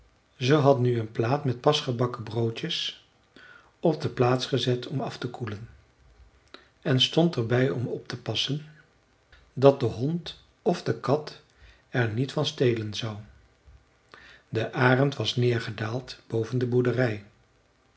ze had nu een plaat met pas gebakken broodjes op de plaats gezet om af te koelen en stond er bij om op te passen dat de hond of de kat er niet van stelen zou de arend was neergedaald boven de boerderij